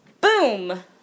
Boom